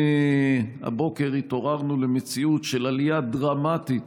הבוקר התעוררנו למציאות של עלייה דרמטית,